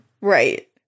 Right